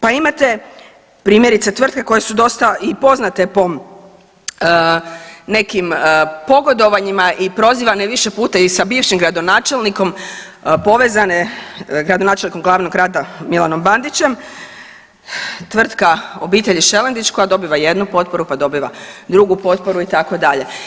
Pa imate primjerice tvrtke koje su dosta i poznate po nekim pogodovanjima i prozivane više puta i sa bivšim gradonačelnikom povezane, gradonačelnikom glavnog grada Milanom Bandićem, tvrtka obitelji Šelendić koja dobiva jednu potporu, pa dobiva drugu potporu itd.